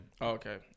Okay